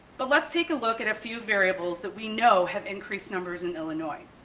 but let's take a look at a few variables that we know have increased numbers in illinois.